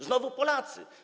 Znowu Polacy.